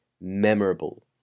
memorable